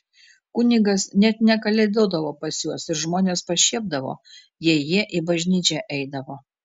kunigas net nekalėdodavo pas juos ir žmonės pašiepdavo jei jie į bažnyčią eidavo